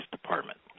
Department